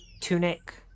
tunic